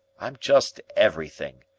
i'm just everything.